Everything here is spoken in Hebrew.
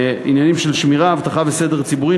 עניינים של שמירה, אבטחה וסדר ציבורי.